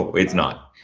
it's not.